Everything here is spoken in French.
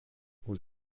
aux